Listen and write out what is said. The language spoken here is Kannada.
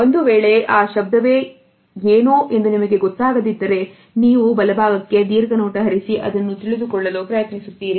ಒಂದು ವೇಳೆ ಆ ಶಬ್ದವೇ ಏನು ಎಂದು ನಿಮಗೆ ಗೊತ್ತಾಗದಿದ್ದರೆ ನೀವು ಬಲಭಾಗಕ್ಕೆ ದೀರ್ಘ ನೋಟ ಹರಿಸಿ ಅದನ್ನು ತಿಳಿದುಕೊಳ್ಳಲು ಪ್ರಯತ್ನಿಸುತ್ತೀರಿ